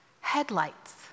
headlights